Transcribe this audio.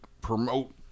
promote